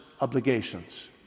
obligations